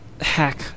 hack